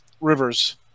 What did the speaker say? Rivers